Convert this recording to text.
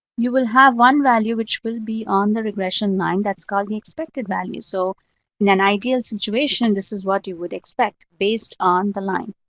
you will have one value which will be on the regression line. that's called the expected value. so in an ideal situation, this is what you would expect based on the line,